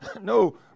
No